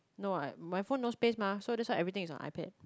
no I my phone no space mah so that's why everything is on iPad